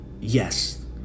yes